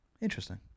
Interesting